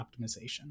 optimization